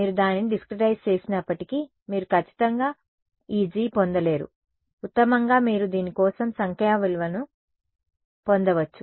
మీరు దానిని డిస్క్రెటైస్ చేసినప్పటికీ మీరు ఖచ్చితంగా ఈ G పొందలేరు ఉత్తమంగా మీరు దీని కోసం సంఖ్యా విలువలను పొందవచ్చు